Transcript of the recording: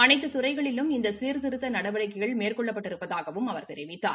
அனைத்து துறைகளிலும் இந்த சீர்திருத்த நடவடிக்கைகள் மேறகொள்ளப் பட்டிருப்பதாகவும் அவர் தெரிவிததார்